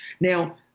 Now